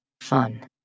Fun